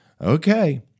okay